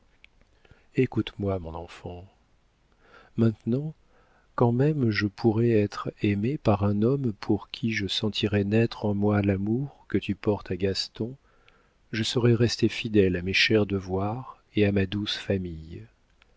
écoute-moi mon enfant maintenant quand même je pourrais être aimée par un homme pour qui je sentirais naître en moi l'amour que tu portes à gaston je saurais rester fidèle à mes chers devoirs et à ma douce famille